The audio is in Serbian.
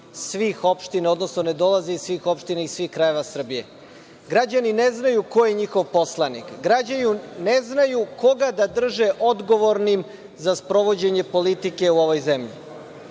svih opština, odnosno ne dolaze iz svih opština iz svih krajeva Srbije. Građani Srbije ne znaju ko je njihov poslanik. Građani ne znaju koga da drže odgovornim za sprovođenje politike u ovoj zemlji.